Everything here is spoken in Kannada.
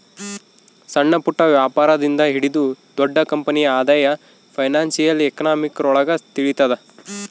ಸಣ್ಣಪುಟ್ಟ ವ್ಯಾಪಾರಿ ಇಂದ ಹಿಡಿದು ದೊಡ್ಡ ಕಂಪನಿ ಆದಾಯ ಫೈನಾನ್ಶಿಯಲ್ ಎಕನಾಮಿಕ್ರೊಳಗ ತಿಳಿತದ